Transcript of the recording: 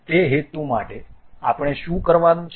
તે હેતુ માટે આપણે શું કરવાનું છે